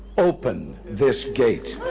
open this gate.